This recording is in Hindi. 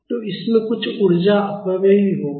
तो इससे कुछ ऊर्जा अपव्यय भी होगा